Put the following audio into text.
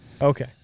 Okay